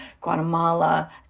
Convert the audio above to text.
Guatemala